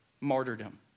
martyrdom